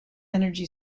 energy